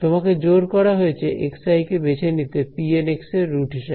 তোমাকে জোর করা হয়েছে xi কে বেছে নিতে pN এর রুট হিসাবে